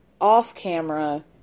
off-camera